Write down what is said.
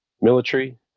military